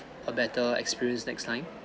a better experience next time